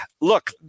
Look